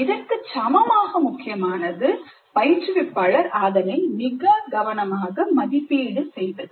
இதற்கு சமமாக முக்கியமானது பயிற்றுவிப்பாளர் அதனை மிக கவனமாக மதிப்பீடு செய்வது